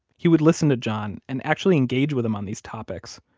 he would listen to john and actually engage with him on these topics.